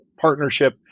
partnership